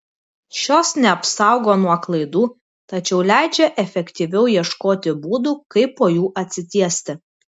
šios neapsaugo nuo klaidų tačiau leidžia efektyviau ieškoti būdų kaip po jų atsitiesti